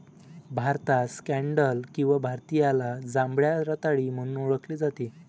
भारतात स्कँडल किंवा भारतीयाला जांभळ्या रताळी म्हणून ओळखले जाते